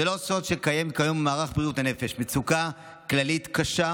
12). זה לא סוד שקיימת כיום במערך בריאות הנפש מצוקה כללית קשה,